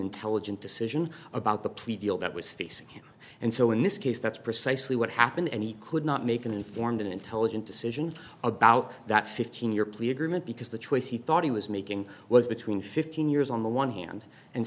intelligent decision about the plea deal that was facing and so in this case that's precisely what happened and he could not make an informed and intelligent decision about that fifteen your plea agreement because the choice he thought he was making was between fifteen years on the one hand and